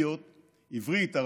חבריי חברי הכנסת,